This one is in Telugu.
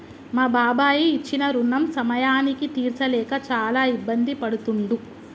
మా బాబాయి ఇచ్చిన రుణం సమయానికి తీర్చలేక చాలా ఇబ్బంది పడుతుండు